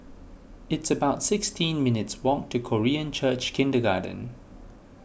it's about sixteen minutes' walk to Korean Church Kindergarten